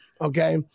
Okay